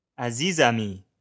Azizami